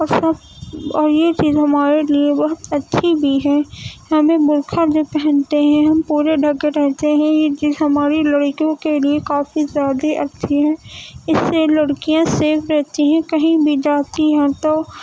اور سب یہ چیز ہمارے لیے بہت اچھی بھی ہے ہمیں برقعہ جو پہنتے ہیں ہم پورے ڈھکے رہتے ہیں یہ چیز ہماری لڑکیوں کے لیے کافی زیادے اچھی ہیں اس سے لڑکیاں سیو رہتی ہیں کہیں بھی جاتی ہیں تو